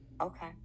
Okay